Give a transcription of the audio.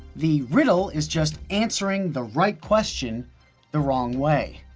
the riddle is just answering the right question the wrong way.